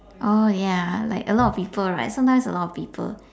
oh ya like a lot of people right sometimes a lot of people